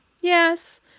Yes